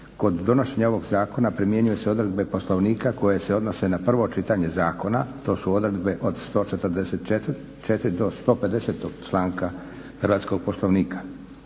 Kod donošenja ovog zakona primjenjuju se odredbe Poslovnika koje se odnose na prvo čitanje zakona, to su odredbe od 144. do 150. članka Poslovnika